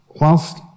whilst